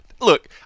Look